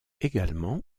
également